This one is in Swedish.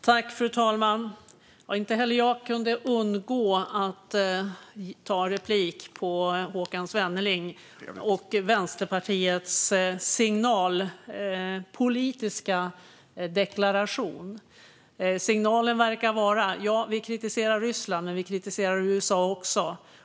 Fru talman! Inte heller jag kunde låta bli att ta replik på Håkan Svenneling när det gäller Vänsterpartiets signalpolitiska deklaration. Signalen verkar vara: Vi kritiserar Ryssland. Men vi kritiserar USA också.